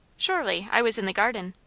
surely. i was in the garden.